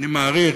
אני מעריך,